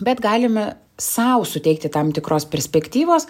bet galime sau suteikti tam tikros perspektyvos